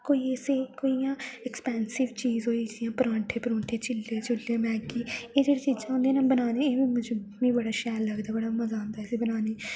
कोई इसी कोई इ'यां ऐक्सपैंसिब चीज होई गेई जि'यां परांठे परुंठे चिल्ले चुल्ले मैगी एह् जेह्ड़ियां चीजां होंदियां न बनाने मी बड़ा शैल लगदा बड़ा मजा आंदा ऐ इसी बनाने'ई